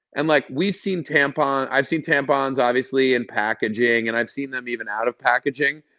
and like, we've seen tampons. i've seen tampons, obviously, in packaging, and i've seen them even out of packaging.